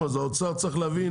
האוצר צריך להבין